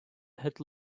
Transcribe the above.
had